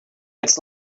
its